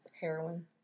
Heroin